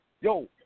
yo